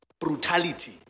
brutality